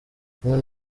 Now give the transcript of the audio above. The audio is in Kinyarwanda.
kumwe